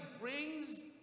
brings